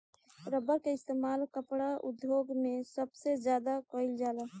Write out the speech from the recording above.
rubber के इस्तेमाल कपड़ा उद्योग मे सबसे ज्यादा कइल जाला